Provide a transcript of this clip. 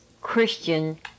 Christian